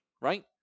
right